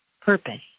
purpose